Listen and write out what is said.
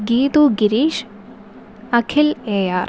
Geethu Gireesh Akhil A R